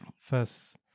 first